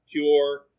pure